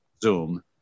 zoom